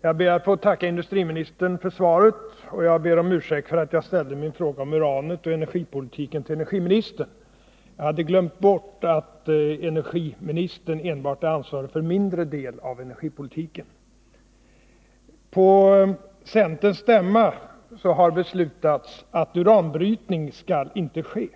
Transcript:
Herr talman! Jag ber att få tacka industriministern för svaret, och jag ber om ursäkt för att jag ställde min fråga om uranet och energipolitiken till energiministern. Jag hade glömt bort att energiministern enbart är ansvarig för en mindre del av energipolitiken. På centerns stämma har beslutats att uranbrytning inte skall ske.